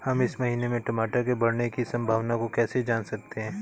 हम इस महीने में टमाटर के बढ़ने की संभावना को कैसे जान सकते हैं?